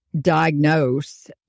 diagnose